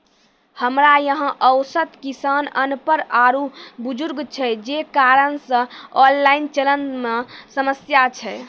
हमरा यहाँ औसत किसान अनपढ़ आरु बुजुर्ग छै जे कारण से ऑनलाइन चलन मे समस्या छै?